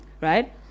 right